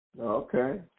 Okay